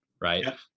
right